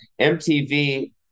MTV